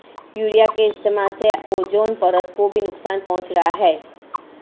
urea के इस्तेमाल से ओजोन परत को भी नुकसान पहुंच रहा है